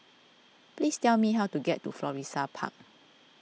please tell me how to get to Florissa Park